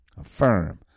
Affirm